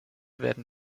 werden